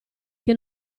che